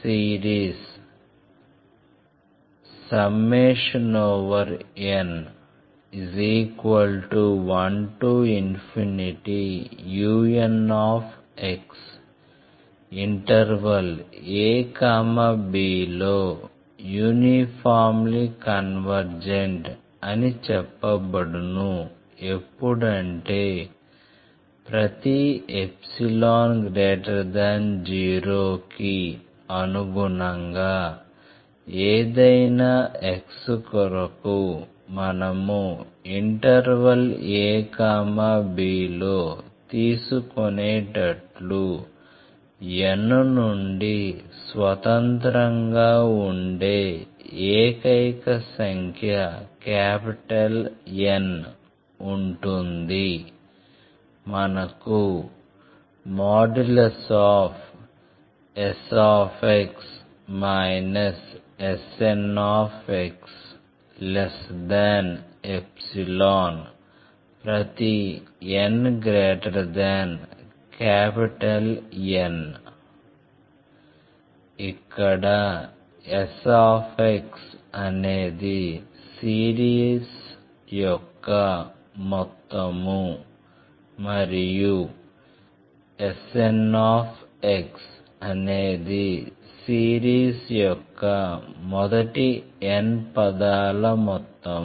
series n1unx interval a bలో uniformly convergent అని చెప్పబడును ఎప్పుడంటే ప్రతి ϵ0కి అనుగుణంగా ఏదైనా x కొరకు మనము ఇంటర్వల్ a bలో తీసుకునేటట్లు n నుండి స్వతంత్రంగా ఉండే ఏకైక సంఖ్య N ఉంటుంది మనకు sx snϵ ∀ nN ఇక్కడ sx అనేది సిరీస్ యొక్క మొత్తం మరియు snx అనేది సిరీస్ యొక్క మొదటి n పదాల మొత్తం